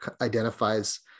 identifies